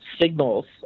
signals